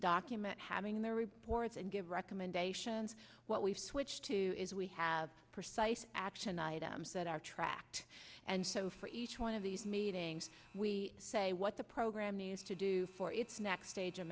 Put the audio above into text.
document having their reports and give recommendations what we've switched to is we have precise action items that are tracked and so for each one of these meetings we say what the program needs to do for its next stage of